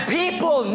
people